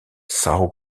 são